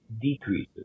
decreases